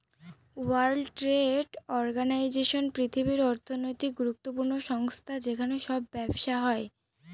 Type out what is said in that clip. world trade organisation পৃথিবীর অর্থনৈতিক গুরুত্বপূর্ণ সংস্থা যেখানে সব ব্যবসা হয়